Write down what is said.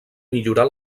millorar